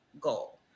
goal